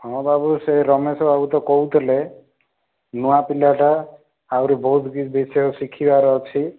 ହଁ ବାବୁ ସେ ରମେଶ ବାବୁ ତ କହୁଥିଲେ ନୂଆ ପିଲାଟା ଆହୁରି ବହୁତ କିଛି ବିଷୟ ଶିଖିବାର ଅଛି